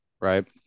Right